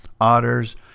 otters